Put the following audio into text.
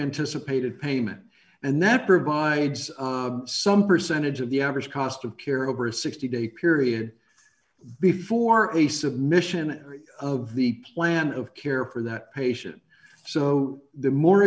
anticipated payment and that provides some percentage of the average cost of care over a sixty dollars day period before a submission of the plan of care for that patient so the more